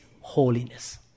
holiness